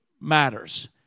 Matters